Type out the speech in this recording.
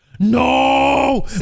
No